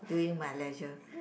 doing my leisure